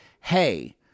hey